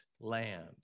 land